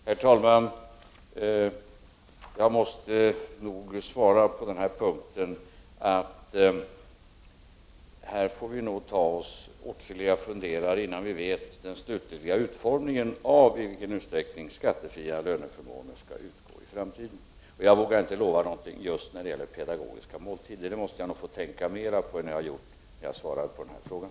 Herr talman! Jag måste nog på den här punkten svara att vi får ta oss åtskilliga funderare innan vi kommit fram till den slutliga formuleringen av hur skattefria löneförmåner skall se ut i framtiden. Jag vågar inte lova någonting just när det gäller pedagogiska måltider. Jag måste nog få tänka mera på det än vad jag har gjort innan jag svarade på den här frågan.